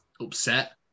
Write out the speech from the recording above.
upset